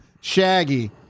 shaggy